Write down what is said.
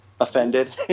offended